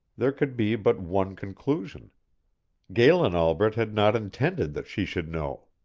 there could be but one conclusion galen albret had not intended that she should know.